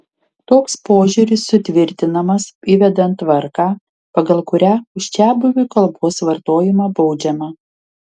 toks požiūris sutvirtinamas įvedant tvarką pagal kurią už čiabuvių kalbos vartojimą baudžiama